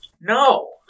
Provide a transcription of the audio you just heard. No